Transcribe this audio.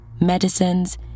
medicines